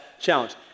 challenge